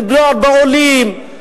עולים.